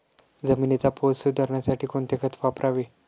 जमिनीचा पोत सुधारण्यासाठी कोणते खत वापरावे?